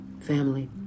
family